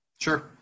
Sure